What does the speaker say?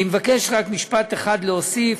אני מבקש רק משפט אחד להוסיף: